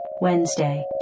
Wednesday